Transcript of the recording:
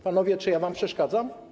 Panowie, czy ja wam przeszkadzam?